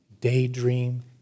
Daydream